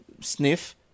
sniff